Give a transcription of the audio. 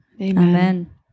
Amen